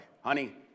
Honey